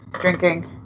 Drinking